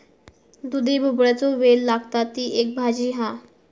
दुधी भोपळ्याचो वेल लागता, ती एक भाजी हा